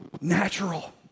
natural